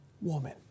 Woman